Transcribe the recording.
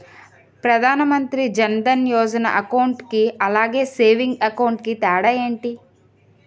Pradhan Mantri Jan Dhan Yojana account కి అలాగే savings account కి తేడా ఏంటి?